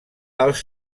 els